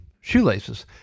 shoelaces